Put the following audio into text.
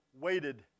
waited